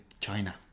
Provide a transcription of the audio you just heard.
China